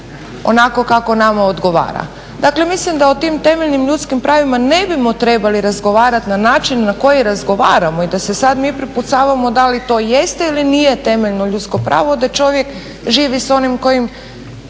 onako kako nama odgovara. Dakle, mislim da o tim temeljnim ljudskim pravima ne bismo trebali razgovarati na način na koji razgovaramo i da se sad mi prepucavamo da li to jeste ili nije temeljno ljudsko pravo, da čovjek živi s onim kojim